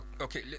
okay